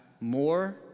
more